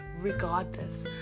regardless